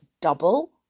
double